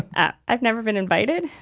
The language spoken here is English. ah i've never been invited,